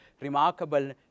remarkable